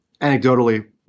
anecdotally